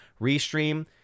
Restream